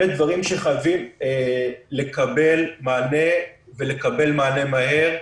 אלה דברים שחייבים לקבל מענה ולקבל מענה מהר.